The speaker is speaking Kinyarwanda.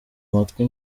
mutwe